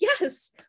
yes